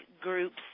groups